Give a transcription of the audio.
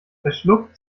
verschluckt